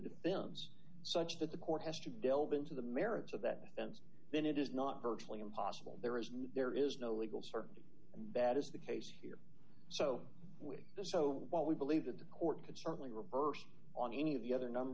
defense such that the court has to delve into the merits of that offense then it is not virtually impossible there is no there is no legal certainty and bad is the case here so we the so while we believe that the court could certainly reverse on any of the other number